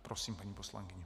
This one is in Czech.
Prosím, paní poslankyně.